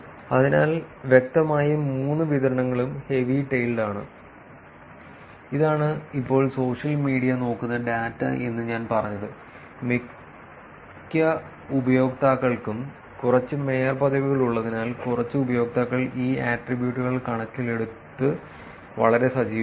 അതിനാൽ വ്യക്തമായും മൂന്ന് വിതരണങ്ങളും ഹെവി ടെയിൽഡ് ആണ് റഫർ സമയം 1931 ഇതാണ് ഇപ്പോൾ സോഷ്യൽ മീഡിയ നോക്കുന്ന ഡാറ്റ എന്ന് ഞാൻ പറഞ്ഞത് മിക്ക ഉപയോക്താക്കൾക്കും കുറച്ച് മേയർ പദവികൾ ഉള്ളതിനാൽ കുറച്ച് ഉപയോക്താക്കൾ ഈ ആട്രിബ്യൂട്ടുകൾ കണക്കിലെടുത്ത് വളരെ സജീവമാണ്